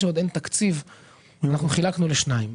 כיוון שעוד אין תקציב חילקנו לשניים,